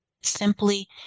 simply